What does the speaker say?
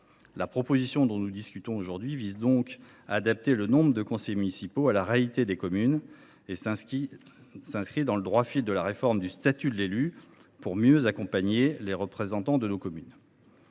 Le texte dont nous discutons aujourd’hui vise donc à adapter le nombre de conseillers municipaux à la réalité des petites communes et s’inscrit dans le droit fil de la réforme du statut de l’élu pour mieux accompagner les représentants de nos communes.